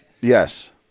Yes